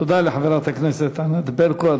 תודה לחברת הכנסת ענת ברקו.